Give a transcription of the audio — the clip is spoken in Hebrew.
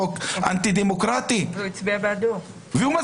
חוק אנטי דמוקרטי והוא מצביע בעדו.